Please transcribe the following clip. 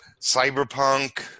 Cyberpunk